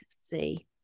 see